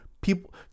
people